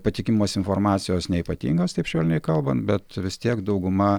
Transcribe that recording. patikimumas informacijos neypatingas taip švelniai kalbant bet vis tiek dauguma